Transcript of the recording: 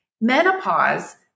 menopause